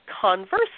conversely